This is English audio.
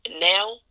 now